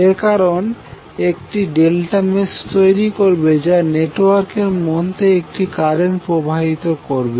এর কারণ একটি ∆মেস তৈরি করবে যা নেটওয়ার্কের মধ্যে একটি কারেন্ট প্রবাহিত করবে